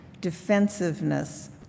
defensiveness